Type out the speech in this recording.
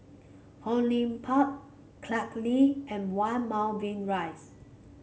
Hong Lim Park Clarke Lee and One Moulmein Rise